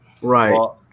Right